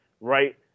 right